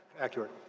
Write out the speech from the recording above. Accurate